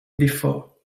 before